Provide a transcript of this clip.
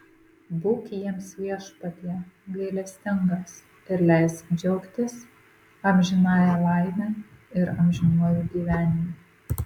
būk jiems viešpatie gailestingas ir leisk džiaugtis amžinąja laime ir amžinuoju gyvenimu